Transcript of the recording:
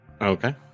Okay